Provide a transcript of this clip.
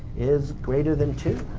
is greater than two.